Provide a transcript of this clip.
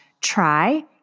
try